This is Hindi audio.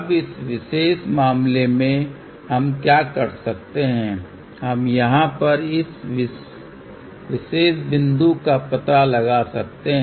अब इस विशेष मामले में हम क्या कर सकते हैं हम यहाँ पर इस विशेष बिंदु का पता लगा सकते हैं